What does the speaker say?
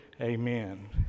Amen